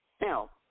Now